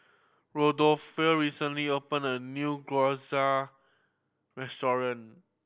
Rodolfo recently open a new Gyoza Restaurant